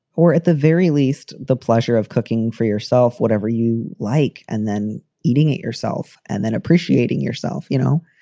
or at the very least, the pleasure of cooking for yourself. whatever you like. and then eating it yourself and then appreciating yourself. you know,